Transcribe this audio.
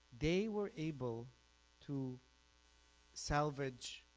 they were able to salvage